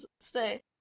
stay